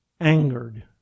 Angered